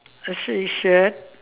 I sew his shirt